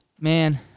man